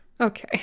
Okay